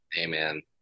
Amen